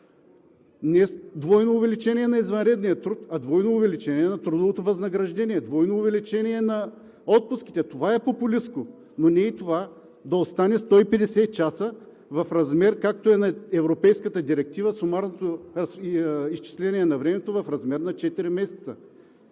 двойно увеличение на извънредния труд, а двойно увеличение на трудовото възнаграждение, двойно увеличение на отпуските. Това е популистко. Но не и това – да остане 150 часа, както е на Европейската директива сумарното изчисление на времето, в размер на 4 месеца.